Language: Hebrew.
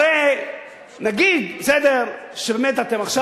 הרי נגיד שעכשיו,